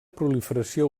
proliferació